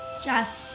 Jess